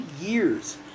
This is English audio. years